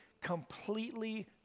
completely